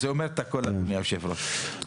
אז, אדוני יושב הראש, זה אומר את הכל.